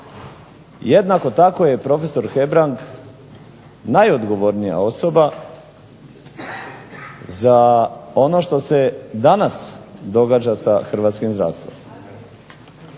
jednako tako je prof. Hebrang najodgovornija osoba za ono što se danas događa sa hrvatskim zdravstvom.